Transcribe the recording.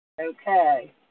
Okay